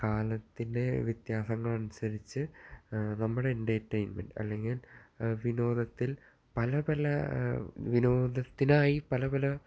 കാലത്തിൻ്റെ വിത്യാസങ്ങൾ അനുസരിച്ച് നമ്മുടെ എൻ്റെർടൈൻമെൻ്റ് അല്ലെങ്കിൽ വിനോദത്തിൽ പല പല വിനോദത്തിനായി പല പല